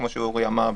כמו שאורי אמר,